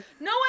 No